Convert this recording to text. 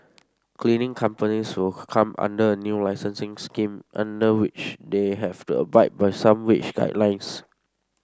cleaning companies will come under a new licensing scheme under which they have to abide by some wage guidelines